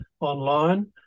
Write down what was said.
online